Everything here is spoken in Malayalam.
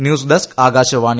news desk Akashvani